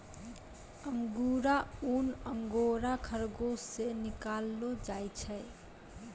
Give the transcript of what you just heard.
अंगुरा ऊन अंगोरा खरगोस से निकाललो जाय छै